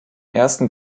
ersten